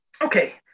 okay